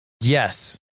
Yes